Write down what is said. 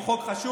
הוא חוק חשוב,